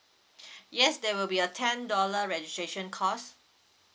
yes that will be a ten dollar registration cost